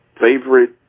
favorite